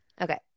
Okay